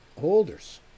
holders